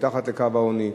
מתחת לקו העוני,